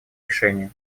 решения